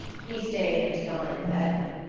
he stayed and dined with edna.